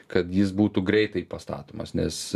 kad jis būtų greitai pastatomas nes